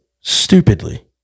Stupidly